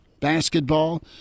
basketball